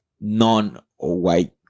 non-white